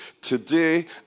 today